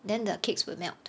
then the cakes will melt